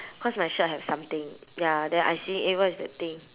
cause my shirt have something ya then I see eh what is that thing